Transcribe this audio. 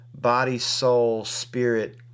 body-soul-spirit